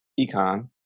econ